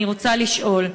אני רוצה לשאול: